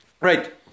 Right